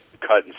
cutting